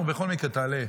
בכל מקרה, תעלה.